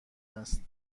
است